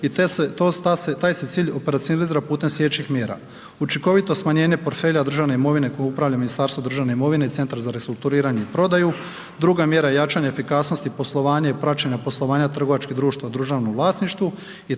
i taj se cilj operacionalizira putem sljedećih mjera. Učinkovito smanjenje portfelja državne imovine kojom upravlja Ministarstvo državne imovine i Centar za restrukturiranje i prodaju, druga mjera je jačanje efikasnosti poslovanja i praćenja poslovanja trgovačkih društava u državnom vlasništvu